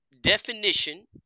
definition